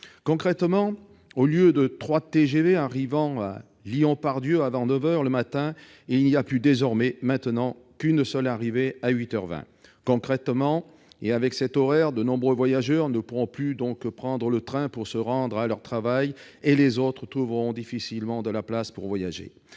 Concrètement, au lieu des trois TGV arrivant à Lyon-Part-Dieu avant neuf heures le matin, il n'y a plus désormais maintenant qu'une seule arrivée, à huit heures vingt. Avec cet horaire, de nombreux voyageurs ne pourront plus prendre le train pour se rendre à leur travail, et les autres trouveront difficilement de la place pour voyager.